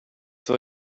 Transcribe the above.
tell